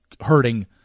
hurting